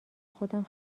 خودم